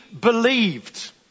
believed